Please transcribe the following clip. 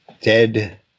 dead